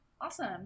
Awesome